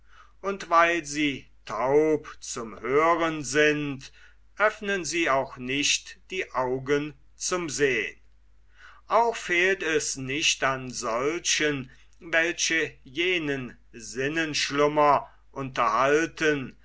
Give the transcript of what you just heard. und weil sie taub zum hören sind öffnen sie auch nicht die augen zum sehn auch fehlt es nicht an solchen welche jenen sinnenschlummer unterhalten